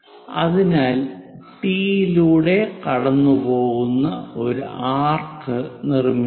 അതിനാൽ ടി യിലൂടെ കടന്നുപോകുന്ന ഒരു ആർക്ക് നിർമ്മിക്കുക